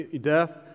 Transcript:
death